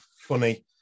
funny